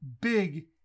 big